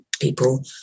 people